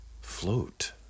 Float